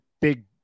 big